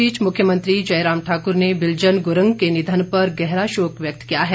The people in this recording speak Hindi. इस बीच मुख्यमंत्री जयराम ठाकुर ने बिल्जन गुरंग के निधन पर गहरा शोक व्यक्त किया है